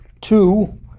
two